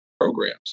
programs